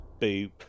boop